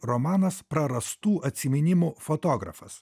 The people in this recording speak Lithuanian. romanas prarastų atsiminimų fotografas